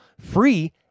Free